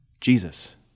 Jesus